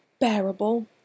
bearable